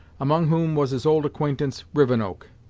among whom was his old acquaintance rivenoak.